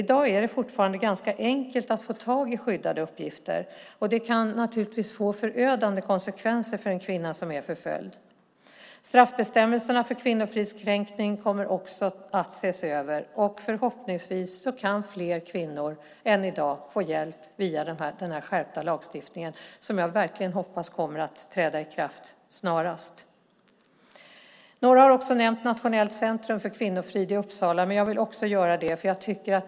I dag är det fortfarande ganska enkelt att få tag i skyddade uppgifter. Det kan naturligtvis få förödande konsekvenser för en kvinna som är förföljd. Straffbestämmelserna för kvinnofridskränkning kommer också att ses över. Förhoppningsvis kan fler kvinnor än i dag få hjälp via den här skärpta lagstiftningen som jag verkligen hoppas kommer att träda i kraft snarast. Några har också nämnt Nationellt centrum för kvinnofrid i Uppsala, men jag vill också göra det.